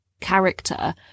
character